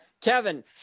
Kevin